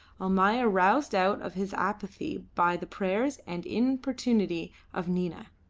almayer, roused out of his apathy by the prayers and importunity of nina,